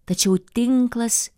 tačiau tinklas